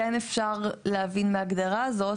כן אפשר להבין מההגדרה הזאת,